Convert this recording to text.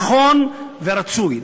נכון ורצוי.